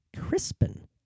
Crispin